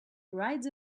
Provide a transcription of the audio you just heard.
rides